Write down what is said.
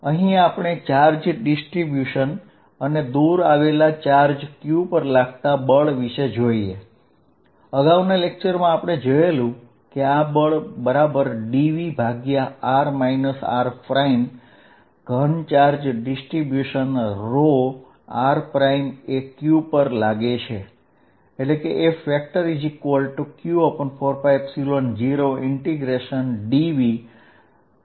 અહીં આપણે charge distribution અને દૂર આવેલા ચાર્જ q પર લાગતા બળ વિષે જોઈએ અગાઉના લેક્ચરમાં આપણે જોયેલું કે આ બળ Fq40dVr r3r છે